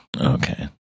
Okay